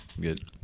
Good